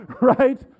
Right